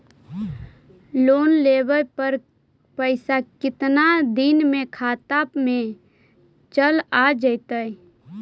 Loan लेब पर पैसा कितना दिन में खाता में चल आ जैताई?